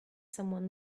someone